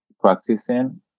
practicing